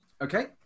Okay